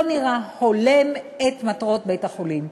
לא נראה הולם את מטרות בית-החולים.